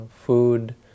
food